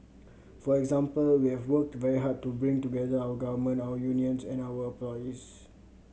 for example we have worked very hard to bring together our government our unions and our employees